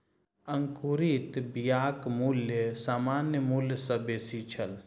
अंकुरित बियाक मूल्य सामान्य मूल्य सॅ बेसी छल